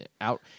out